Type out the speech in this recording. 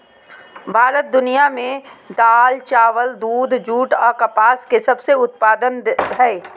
भारत दुनिया में दाल, चावल, दूध, जूट आ कपास के सबसे उत्पादन हइ